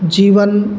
जीवनम्